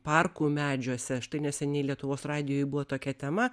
parkų medžiuose štai neseniai lietuvos radijuj buvo tokia tema